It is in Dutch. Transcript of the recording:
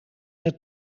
het